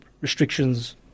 restrictions